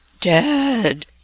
dead